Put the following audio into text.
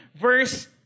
verse